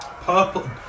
purple